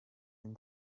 and